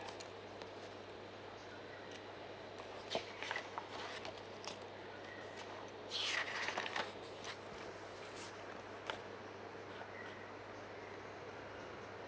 S